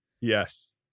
Yes